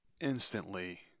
instantly